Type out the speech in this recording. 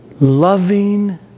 Loving